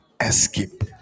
escape